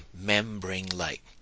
membrane-like